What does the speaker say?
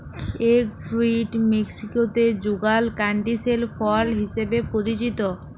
egg fruit মেক্সিকোতে যুগাল canistel ফল হিসেবে পরিচিত